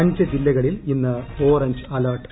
അഞ്ചു ജില്ലകളിൽ ഇന്ന് orange alert